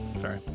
Sorry